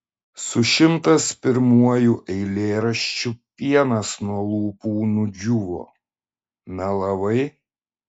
su šimtas pirmuoju eilėraščiu pienas nuo lūpų nudžiūvo melavai